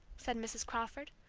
said mrs. crawford.